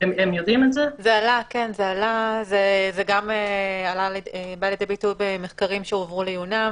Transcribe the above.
זה עלה גם במחקרים שהובאו לעיונם,